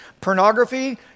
pornography